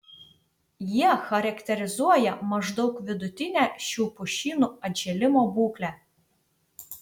jie charakterizuoja maždaug vidutinę šių pušynų atžėlimo būklę